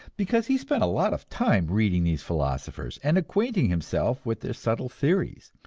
because he spent a lot of time reading these philosophers and acquainting himself with their subtle theories.